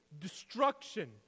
destruction